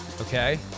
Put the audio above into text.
Okay